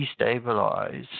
destabilize